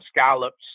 scallops